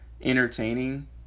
entertaining